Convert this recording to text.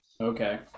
Okay